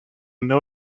know